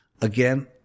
Again